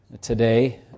today